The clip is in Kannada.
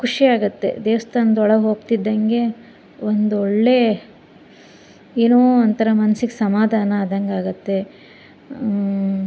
ಖುಷಿಯಾಗತ್ತೆ ದೇವ್ಸ್ಥಾನ್ದೊಳಗೆ ಹೋಗ್ತಿದ್ದಂಗೆ ಒಂದು ಒಳ್ಳೆಯ ಏನೋ ಒಂಥರ ಮನ್ಸಿಗೆ ಸಮಾಧಾನ ಆದಂಗೆ ಆಗುತ್ತೆ